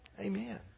Amen